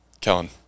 Kellen